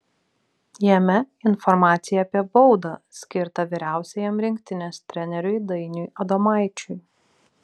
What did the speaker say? jame informacija apie baudą skirtą vyriausiajam rinktinės treneriui dainiui adomaičiui